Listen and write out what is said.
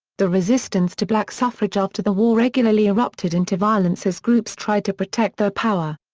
the resistance to black suffrage after the war regularly erupted into violence as groups tried to protect their power.